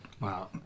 Wow